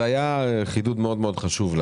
זה היה חידוד חשוב מאוד,